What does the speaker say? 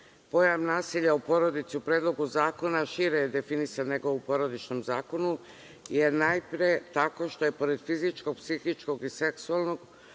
pojam nasilja u porodici u predlogu zakona šire je definisan nego u Porodičnom zakonu, jer najpre tako što je pored fizičkog, psihičkog i seksualnog